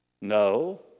No